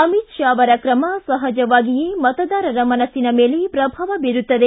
ಅಮಿತ್ ಷಾ ಅವರ ಕ್ರಮ ಸಹಜವಾಗಿಯೇ ಮತದಾರರ ಮನಸ್ಸಿನ ಮೇಲೆ ಪ್ರಭಾವ ಬೀರುತ್ತದೆ